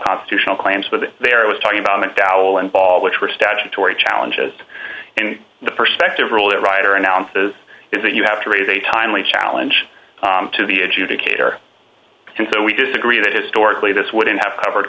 constitutional claims but there i was talking about mcdowell and paul which were statutory challenges and the perspective rule the writer announces is that you have to raise a timely challenge to the adjudicator and so we disagree that historically this wouldn't have covered